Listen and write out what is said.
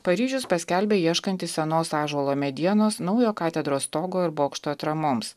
paryžius paskelbė ieškantis senos ąžuolo medienos naujo katedros stogo ir bokšto atramoms